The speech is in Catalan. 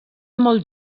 molt